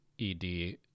ED